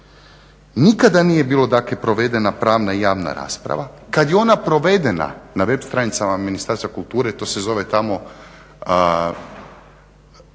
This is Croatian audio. Nikada nije bilo da ako je provedena pravna i javna rasprava kada je ona provedena na web strancima Ministarstva kulture to se zove tamo